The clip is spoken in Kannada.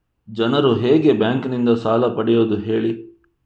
ಜನರು ಹೇಗೆ ಬ್ಯಾಂಕ್ ನಿಂದ ಸಾಲ ಪಡೆಯೋದು ಹೇಳಿ